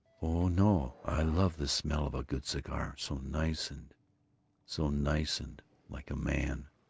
oh, no! i love the smell of a good cigar so nice and so nice and like a man.